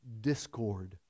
discord